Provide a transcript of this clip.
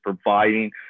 providing